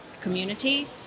community